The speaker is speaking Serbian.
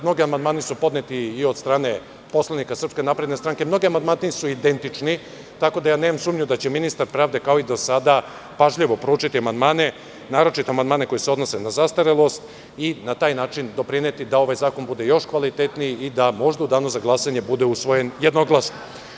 Mnogi amandmani su podneti i od strane poslanika SNS, mnogi amandmani su identični, tako da ja nemam sumnju da će ministar pravde, kao i do sada, pažljivo proučiti amandmane, naročito amandmane koji se odnose na zastarelost i na taj način doprineti da ovaj zakon bude još kvalitetniji i da možda u Danu za glasanje bude usvojen jednoglasno.